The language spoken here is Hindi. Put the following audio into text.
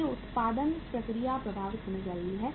इसलिए उत्पादन प्रक्रिया प्रभावित हो रही है